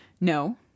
No